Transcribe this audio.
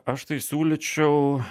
aš tai siūlyčiau